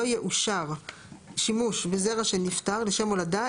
יאושר שימוש בזרע של נפטר לשם הולדה,